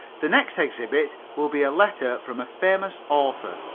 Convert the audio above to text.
the next exhibit will be a letter from a famous author,